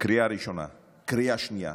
קריאה ראשונה, קריאה שנייה,